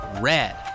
red